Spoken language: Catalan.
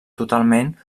totalment